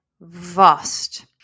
vast